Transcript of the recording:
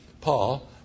Paul